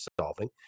solving